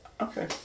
okay